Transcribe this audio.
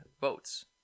votes